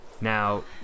Now